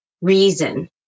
reason